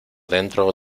dentro